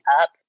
up